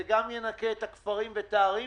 זה גם ינקה את הכפרים ואת הערים,